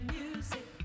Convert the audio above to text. music